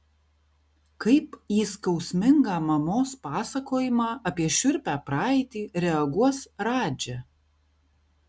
kaip į skausmingą mamos pasakojimą apie šiurpią praeitį reaguos radži